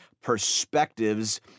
perspectives